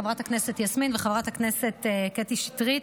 של חברת הכנסת יסמין וחברת הכנסת קטי שטרית,